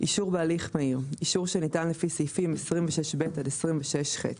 "אישור בהליך מהיר" אישור שניתן לפי סעיפים 26ב עד 26ח,